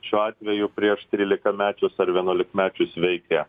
šiuo atveju prieš trylikamečius ar vienuolikmečius veikia